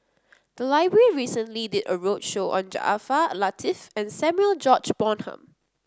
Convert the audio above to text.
the library recently did a roadshow on Jaafar Latiff and Samuel George Bonham